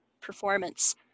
performance